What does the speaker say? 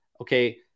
okay